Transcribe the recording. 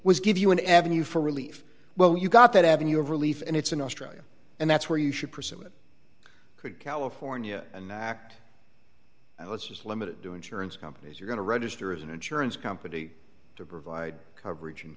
was give you an avenue for relief well you've got that avenue of relief and it's in australia and that's where you should pursue it could california an act that was limited to insurance companies are going to register as an insurance company to provide coverage in